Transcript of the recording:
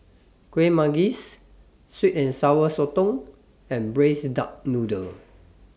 Kuih Manggis Sweet and Sour Sotong and Braised Duck Noodle